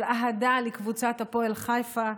של אהדה לקבוצת הפועל חיפה.